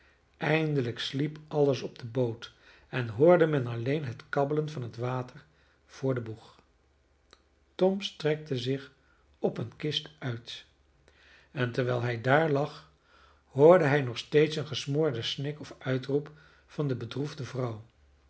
eindelijk sliep alles op de boot en hoorde men alleen het kabbelen van het water voor den boeg tom strekte zich op een kist uit en terwijl hij daar lag hoorde hij nog telkens een gesmoorden snik of uitroep van de bedroefde vrouw